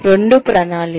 రెండు ప్రణాళిక